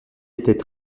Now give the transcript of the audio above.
étaient